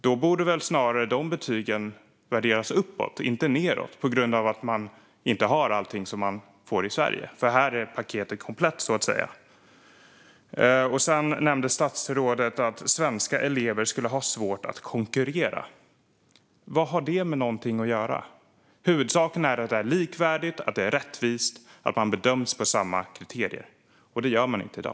Då borde väl de betygen snarare värderas uppåt och inte nedåt eftersom man inte har med allt, som i Sverige. Här är paketet komplett, så att säga. Statsrådet nämnde att svenska elever skulle ha svårt att konkurrera. Vad har detta med någonting att göra? Huvudsaken är att det är likvärdigt och rättvist och att man bedöms utifrån samma kriterier. Det gör man inte i dag.